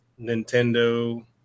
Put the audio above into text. Nintendo